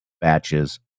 batches